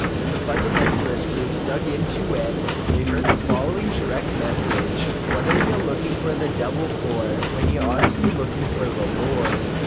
when the fundamentalist groups dug into it, they heard the following direct message what're ya lookin' for the devil for, when ya oughta be lookin' for the lord?